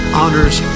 honors